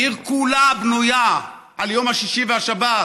העיר כולה בנויה על השישי והשבת.